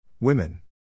Women